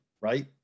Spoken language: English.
right